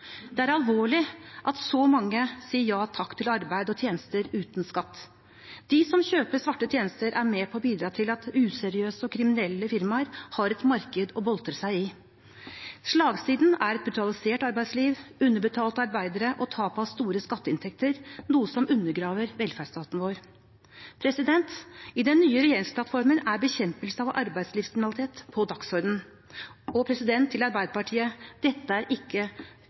Det er alvorlig at så mange sier ja takk til arbeid og tjenester uten skatt. De som kjøper svarte tjenester, er med på å bidra til at useriøse og kriminelle firmaer har et marked å boltre seg i. Slagsiden er et brutalisert arbeidsliv, underbetalte arbeidere og tap av store skatteinntekter, noe som undergraver velferdsstaten vår. I den nye regjeringsplattformen er bekjempelse av arbeidslivskriminalitet på dagsordenen. Og til Arbeiderpartiet: Dette er ikke